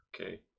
okay